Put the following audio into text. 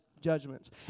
judgments